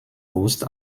rost